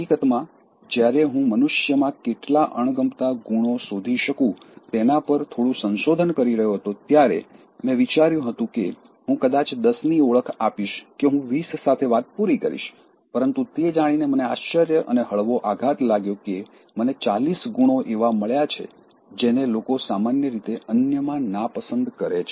હકીકતમાં જ્યારે હું મનુષ્યમાં કેટલા અણગમતાં ગુણો શોધી શકું તેના પર થોડું સંશોધન કરી રહ્યો હતો ત્યારે મેં વિચાર્યું હતું કે હું કદાચ 10 ની ઓળખ આપીશ કે હું 20 સાથે વાત પૂરી કરીશ પરંતુ તે જાણીને મને આશ્ચર્ય અને હળવો આઘાત લાગ્યો કે મને 40 ગુણો એવા મળ્યાં છે જેને લોકો સામાન્ય રીતે અન્યમાં નાપસંદ કરે છે